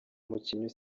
mukinnyi